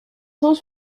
cent